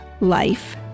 life